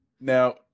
Now